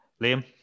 Liam